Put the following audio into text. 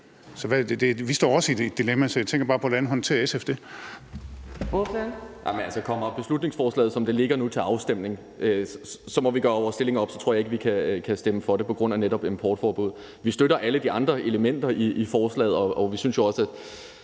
Ordføreren. Kl. 15:03 Sigurd Agersnap (SF): Kommer beslutningsforslaget, som der ligger nu, til afstemning, så må vi gøre vores stilling op, og så tror jeg ikke, vi kan stemme for det på grund af netop importforbuddet. Vi støtter alle de andre elementer i forslaget, og vi synes jo også, at